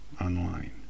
online